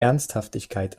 ernsthaftigkeit